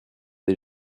des